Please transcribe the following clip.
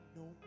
no